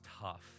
tough